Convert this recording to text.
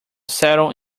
settle